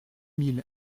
mille